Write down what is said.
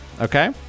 okay